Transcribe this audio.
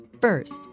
first